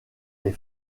les